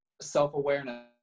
self-awareness